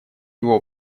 его